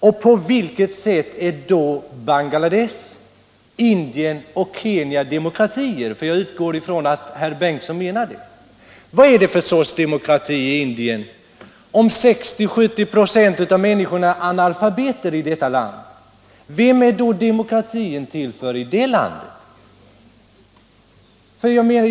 Och på vilket sätt är i så fall Bangladesh, Indien och Kenya demokratier? Jag utgår från att herr Bengtson menar att de är det. Men vad är det för sorts demokrati i Indien, om 60-70 96 av dess invånare är analfabeter? Vem är demokratin till för i det landet?